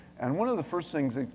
and one of the first things that,